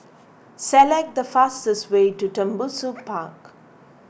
select the fastest way to Tembusu Park